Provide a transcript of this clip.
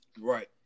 Right